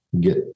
get